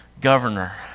governor